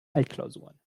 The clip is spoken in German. altklausuren